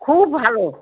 খুব ভালো